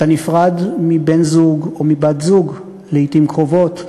אתה נפרד מבן-זוג או מבת-זוג לעתים קרובות,